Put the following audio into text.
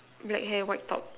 black hair white top